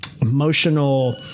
emotional